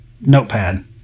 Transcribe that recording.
Notepad